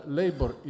labor